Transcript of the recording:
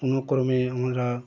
কোনো ক্রমে আমরা